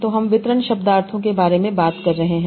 तो हम वितरण शब्दार्थों के बारे में बात कर रहे हैं